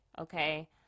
Okay